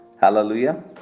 hallelujah